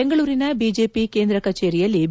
ಬೆಂಗಳೂರಿನ ಬಿಜೆಪಿ ಕೇಂದ್ರ ಕಚೇರಿಯಲ್ಲಿ ಬಿ